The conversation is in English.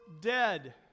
dead